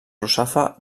russafa